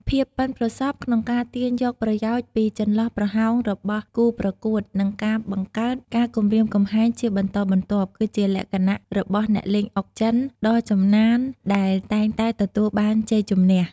ភាពប៉ិនប្រសប់ក្នុងការទាញយកប្រយោជន៍ពីចន្លោះប្រហោងរបស់គូប្រកួត និងការបង្កើតការគំរាមកំហែងជាបន្តបន្ទាប់ គឺជាលក្ខណៈរបស់អ្នកលេងអុកចិនដ៏ចំណានដែលតែងតែទទួលបានជ័យជម្នះ។